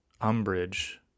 umbrage